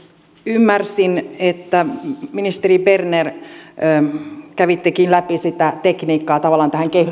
ymmärsin ministeri berner kun kävitte läpi sitä tekniikkaa tähän